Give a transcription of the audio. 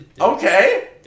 Okay